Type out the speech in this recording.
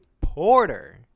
Porter